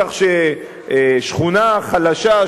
כך ששכונה חלשה,